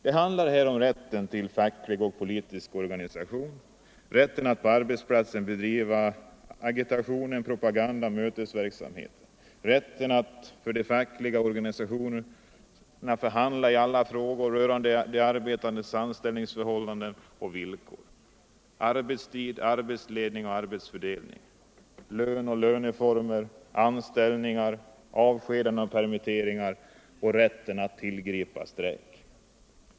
Det handlar här om rätten till facklig och politisk organisation, att på arbetsplatsen bedriva agitation, propaganda och mötesverksamhet, rätten för de fackliga organisationerna att förhandla i alla frågor rörande de arbetandes anställningsförhållanden och villkor, arbetstid, arbetsledning och arbetsfördelning, lön och löneformer, anställningar, permitteringar och avskedanden samt rätten att tillgripa strejk.